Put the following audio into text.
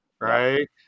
right